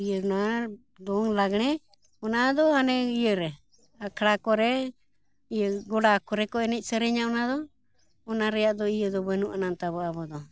ᱤᱭᱟᱹ ᱱᱚᱣᱟ ᱫᱚᱝ ᱞᱟᱜᱽᱬᱮ ᱚᱱᱟᱫᱚ ᱦᱟᱱᱮ ᱤᱭᱟᱹᱨᱮ ᱟᱠᱷᱲᱟ ᱠᱚᱨᱮ ᱤᱭᱟᱹ ᱜᱚᱰᱟ ᱠᱚᱨᱮ ᱠᱚ ᱮᱱᱮᱡ ᱥᱮᱨᱮᱧᱟ ᱚᱱᱟᱫᱚ ᱚᱱᱟ ᱨᱮᱭᱟᱜ ᱫᱚ ᱤᱭᱟᱹᱫᱚ ᱵᱟᱹᱱᱩᱜᱼᱟᱱᱟ ᱛᱟᱵᱚᱱ ᱟᱵᱚᱫᱚ